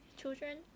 children